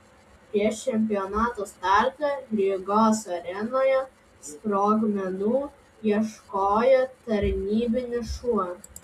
prieš čempionato startą rygos arenoje sprogmenų ieškojo tarnybinis šuo